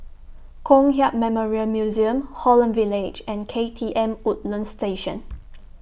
Kong Hiap Memorial Museum Holland Village and K T M Woodlands Station